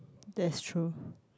that's true